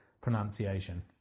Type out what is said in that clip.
pronunciation